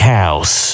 house